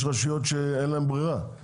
יש רשויות שאין להם ברירה,